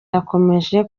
yakomeje